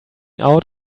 out